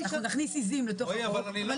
אנחנו נכניס עיזים לתוך החוק.